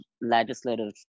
legislative